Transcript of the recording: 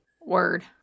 Word